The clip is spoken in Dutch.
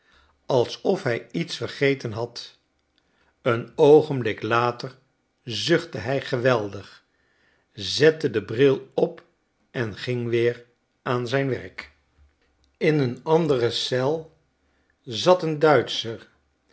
alsof hij iets vergeten had een oogenblik later zuchtte hij geweldig zette den bril op en ging weer aan zijn werk in een andere eel zat een duitscher